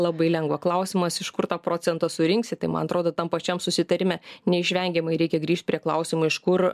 labai lengva klausimas iš kur tą procentą surinksi tai man atrodo tam pačiam susitarime neišvengiamai reikia grįžt prie klausimo iš kur